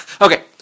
okay